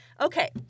Okay